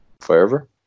forever